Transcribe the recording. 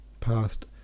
past